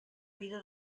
vida